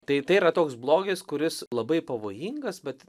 taip tai yra toks blogis kuris labai pavojingas bet